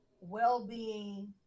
well-being